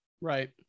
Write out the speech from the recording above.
Right